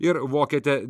ir vokietė